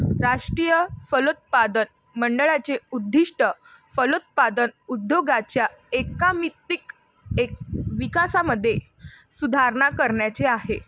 राष्ट्रीय फलोत्पादन मंडळाचे उद्दिष्ट फलोत्पादन उद्योगाच्या एकात्मिक विकासामध्ये सुधारणा करण्याचे आहे